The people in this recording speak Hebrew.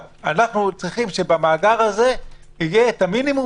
אנחנו צריכים שבמאגר הזה יהיה מקסימום